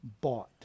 bought